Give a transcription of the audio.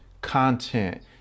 content